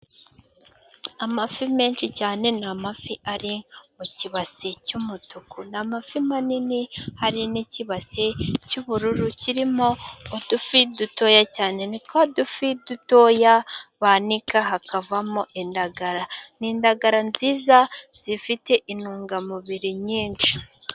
Amafi menshi cyane ni amafi ari mu kibase cy'umutuku Ni amafi manini ,hari n'ikibasi cy'ubururu kirimo udufi dutoya cyane. Ni twa dufi dutoya banika hakavamo indagara. Ni indagara nziza zifite intungamubiri nyinshi.